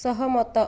ସହମତ